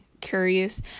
curious